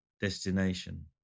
destination